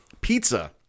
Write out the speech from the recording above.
Pizza